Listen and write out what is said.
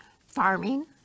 farming